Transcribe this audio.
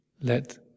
Let